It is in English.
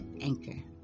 Anchor